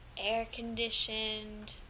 air-conditioned